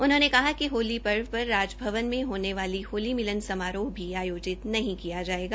उन्होंने कहा कि होली पर्वपर राजभवन में होने वाला होली मिलन समारोह भी नहीं किया जायेगा